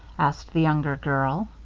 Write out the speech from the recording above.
asked the younger girl.